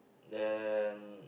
then